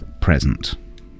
present